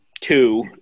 two